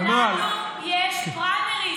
לנו יש פריימריז,